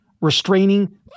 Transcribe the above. restraining